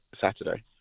Saturday